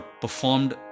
performed